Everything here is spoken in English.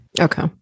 Okay